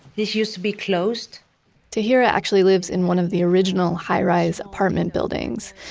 this used to be closed tahirah actually lives in one of the original high-rise apartment buildings.